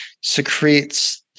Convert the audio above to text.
secretes